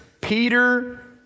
Peter